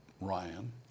Ryan